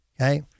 Okay